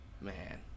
Man